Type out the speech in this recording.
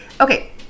okay